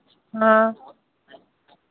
हाँ